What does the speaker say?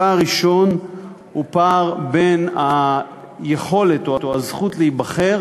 הפער הראשון הוא הפער בין היכולת או הזכות להיבחר